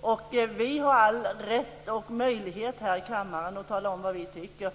och vi i kammaren har all rätt och möjlighet att tala om vad vi tycker.